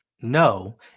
No